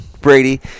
Brady